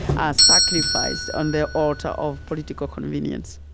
are sacrificed on the altar of political convenience